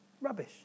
Rubbish